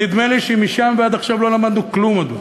נדמה לי שמשם ועד עכשיו לא למדנו כלום, אדוני.